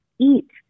Eat